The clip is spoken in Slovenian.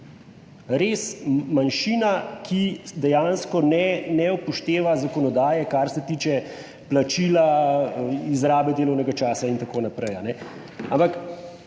res manjšina, ki dejansko, ne, ne upošteva zakonodaje, kar se tiče plačila, izrabe delovnega časa in tako naprej, ampak